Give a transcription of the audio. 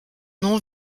nom